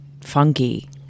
funky